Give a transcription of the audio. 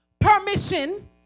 Permission